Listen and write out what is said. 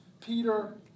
Peter